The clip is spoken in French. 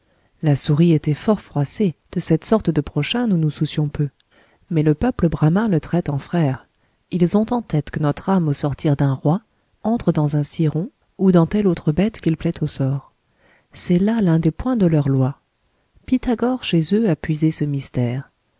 la souris était fort froissée de cette sorte de prochain nous nous soucions peu mais le peuple bramin le traite en frère ils ont en tête que notre âme au sortir d'un roi entre dans un ciron ou dans telle autre bête qu'il plaît au sort c'est là l'un des points de leur loi pythagore chez eux a puisé ce mystère